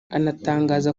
anatangaza